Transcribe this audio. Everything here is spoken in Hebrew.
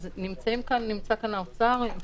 אז נמצא כאן האוצר.